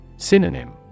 Synonym